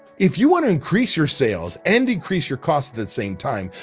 if you want to increase your sales and decrease your costs the same time,